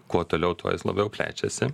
kuo toliau tuo jis labiau plečiasi